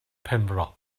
penfro